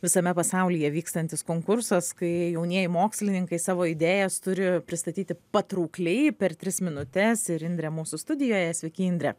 visame pasaulyje vykstantis konkursas kai jaunieji mokslininkai savo idėjas turi pristatyti patraukliai per tris minutes ir indrė mūsų studijoje sveiki indre